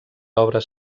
obres